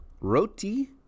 roti